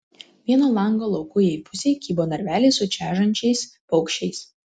vieno lango laukujėj pusėj kybo narveliai su čežančiais paukščiais